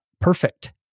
perfect